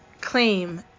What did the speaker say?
claim